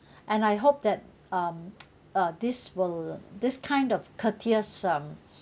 and I hope that um uh this will this kind of courteous um